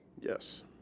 Yes